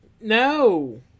No